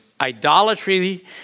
idolatry